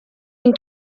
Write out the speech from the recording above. and